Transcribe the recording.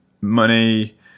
money